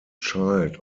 child